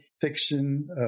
fiction